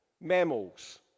mammals